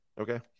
Okay